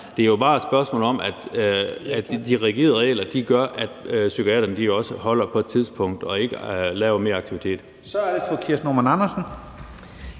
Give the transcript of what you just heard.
det er bare et spørgsmål om, at de rigide regler gør, at psykiaterne også holder på et tidspunkt og stopper deres aktivitet.